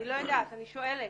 אני שואלת.